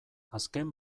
azken